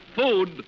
food